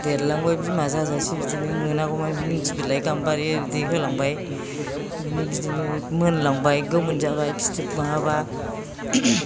देरलांबाय बिमा जाजासे बिदिनो मोनागौ मानि इन्दि बिलाइ गामबारि बिदि होलांबाय आमफ्राय बिदिनो मोनलांबाय गोमोन जाबाय फिथोब माब्लाबा